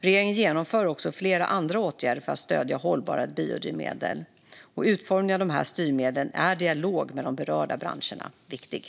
Regeringen genomför också flera andra åtgärder för att stödja hållbara biodrivmedel. I utformningen av dessa styrmedel är dialog med de berörda branscherna viktigt.